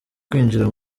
kwinjira